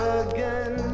again